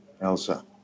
Elsa